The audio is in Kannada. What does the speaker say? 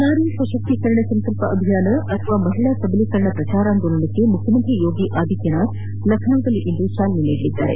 ನಾರಿ ಸಶಕ್ತೀಕರಣ ಸಂಕಲ್ಪ ಅಭಿಯಾನ ಅಥವಾ ಮಹಿಳಾ ಸಬಲೀಕರಣ ಪ್ರಚಾರಾಂದೋಲನಕ್ಕೆ ಮುಖ್ಯಮಂತ್ರಿ ಯೋಗಿ ಆದಿತ್ಲನಾಥ್ ಲಮ್ನೋದಲ್ಲಿಂದು ಚಾಲನೆ ನೀಡಲಿದ್ದಾರೆ